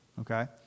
okay